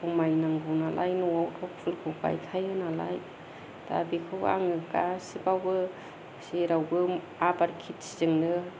समायनांगौ नालाय न'आवथ' फुलखौ गायखायो नालाय दा बेखौ आङो गासिआवबो जेरावबो आबाद खिथिजोंनो